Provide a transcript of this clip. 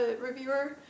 reviewer